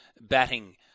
batting